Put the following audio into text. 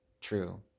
true